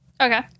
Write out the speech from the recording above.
Okay